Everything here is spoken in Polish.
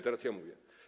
Teraz ja mówię.